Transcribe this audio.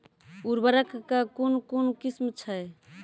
उर्वरक कऽ कून कून किस्म छै?